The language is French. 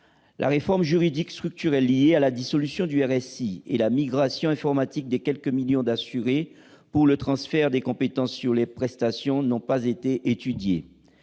La réforme juridique structurelle liée à la dissolution du RSI et la migration informatique des quelques millions d'assurés pour le transfert des compétences sur les prestations n'ont pas été étudiées.